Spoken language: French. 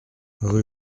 rue